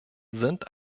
sind